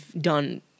done